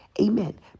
Amen